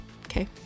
okay